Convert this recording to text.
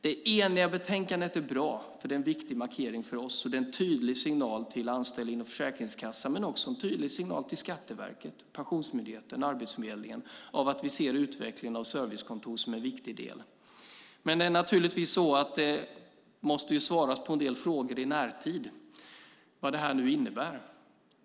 Det eniga betänkandet är bra. Det är en viktig markering för oss. Det är en tydlig signal till anställda inom Försäkringskassan. Men det är också en tydlig signal till Skatteverket, Pensionsmyndigheten och Arbetsförmedlingen om att vi ser utvecklingen av servicekontor som en viktig del. Men det är naturligtvis en del frågor i närtid som måste besvaras. Vad innebär nu det här?